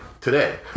Today